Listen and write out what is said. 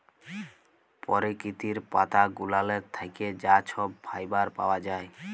পরকিতির পাতা গুলালের থ্যাইকে যা ছব ফাইবার পাউয়া যায়